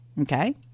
Okay